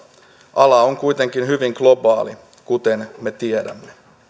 ala on kuitenkin hyvin globaali kuten me tiedämme